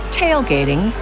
tailgating